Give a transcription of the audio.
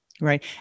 Right